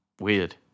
Weird